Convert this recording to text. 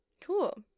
Cool